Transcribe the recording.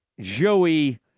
Joey